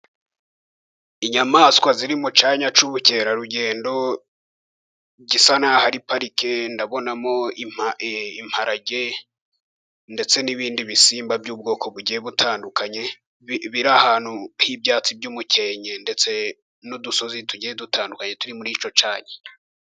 Inyamaswa ziri mu cyanya cy'ubukerarugendo gisa naho ari parike. Ndabonamo imparage ndetse n'ibindi bisimba by'ubwoko bugiye butandukanye, biri ahantu h'ibyatsi by'umukenke, ndetse n'udusozi tugiye dutandukanye turi muri icyo cyanya.